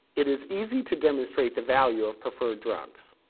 it is easy to demonstrate the value of preferred drugs.